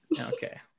Okay